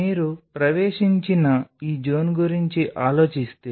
మీరు ప్రవేశించిన ఈ జోన్ గురించి ఆలోచిస్తే